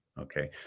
okay